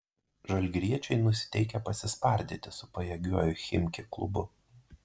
žalgiriečiai nusiteikę pasispardyti su pajėgiuoju chimki klubu